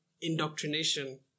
indoctrination